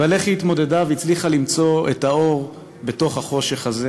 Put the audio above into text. ועל איך היא התמודדה והצליחה למצוא את האור בתוך החושך הזה